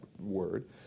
word